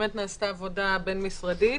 שנעשתה עבודה בין-משרדית,